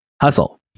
Hustle